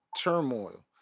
turmoil